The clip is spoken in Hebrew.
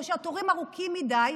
או שהתורים ארוכים מדי.